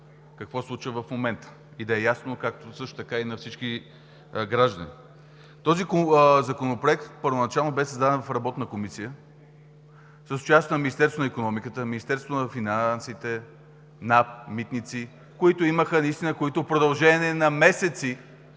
какво се случва в момента и да е ясно също така и на всички граждани. Този законопроект първоначално беше създаден в работна комисия с участието на Министерството на икономиката, Министерството на финансите, Националната агенция за приходите, Митниците, в продължение на месеци